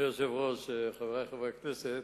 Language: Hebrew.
אדוני היושב-ראש, חברי חברי הכנסת,